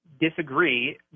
disagree